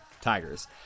Tigers